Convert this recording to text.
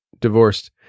Divorced